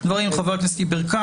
יש החוק של אופיר כץ.